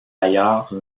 ailleurs